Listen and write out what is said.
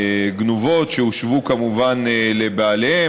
הגנובות, שהושבו כמובן לבעליהן.